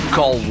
Call